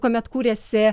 kuomet kūrėsi